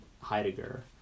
heidegger